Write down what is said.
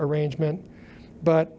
arrangement but